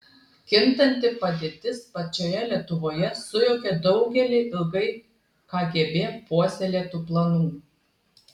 kintanti padėtis pačioje lietuvoje sujaukė daugelį ilgai kgb puoselėtų planų